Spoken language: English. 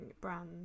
brands